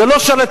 זה לא שרלטנים.